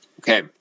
Okay